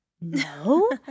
no